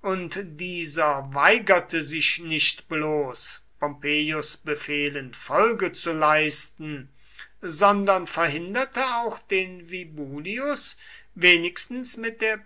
und dieser weigerte sich nicht bloß pompeius befehlen folge zu leisten sondern verhinderte auch den vibullius wenigstens mit der